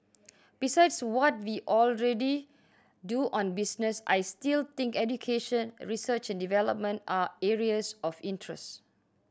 besides what we already do on business I still think education research and development are areas of interest